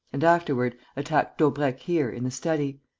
and afterward attacked daubrecq here, in the study.